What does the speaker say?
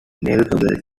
navigable